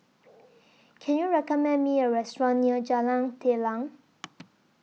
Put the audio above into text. Can YOU recommend Me A Restaurant near Jalan Telang